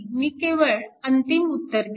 मी केवळ अंतिम उत्तर देईन